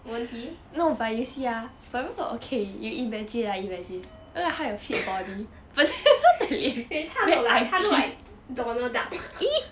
won't he 他 look like 他 look like donald duck